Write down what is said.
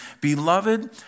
Beloved